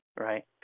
right